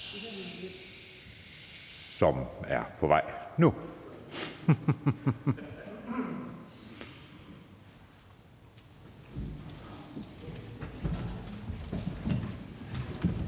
som er på vej